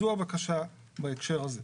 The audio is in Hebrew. זאת הבקשה בהקשר הזה.